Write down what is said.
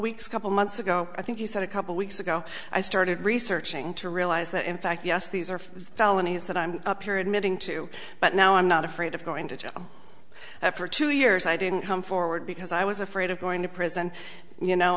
weeks couple months ago i think you said a couple weeks ago i started researching to realize that in fact yes these are felonies that i'm up here admitting to but now i'm not afraid of going to jail effort two years i didn't come forward because i was afraid of going to prison you know